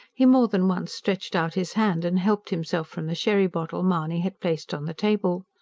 he more than once stretched out his hand and helped himself from the sherry bottle mahony had placed on the table.